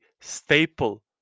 staple